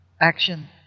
action